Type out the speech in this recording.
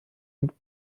und